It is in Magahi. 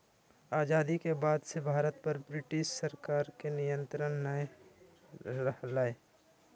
आजादी के बाद से भारत पर ब्रिटिश सरकार के नियत्रंण नय रहलय